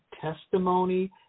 testimony